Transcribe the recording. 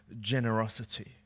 generosity